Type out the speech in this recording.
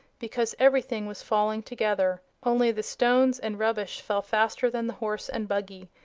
because everything was falling together only the stones and rubbish fell faster than the horse and buggy,